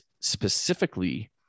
specifically